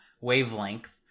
wavelength